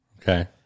Okay